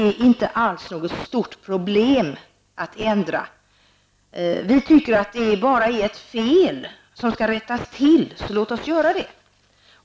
Det är inte alls något stort problem att ändra dessa regler. Vi anser att det bara är ett fel som skall rättas till. Låt oss därför göra det.